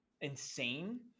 insane